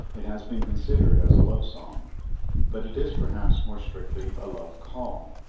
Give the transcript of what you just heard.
it has been considered as a love-song but it is perhaps more strictly a love-call.